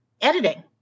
editing